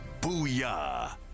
Booyah